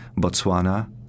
Botswana